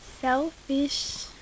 Selfish